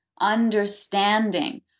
understanding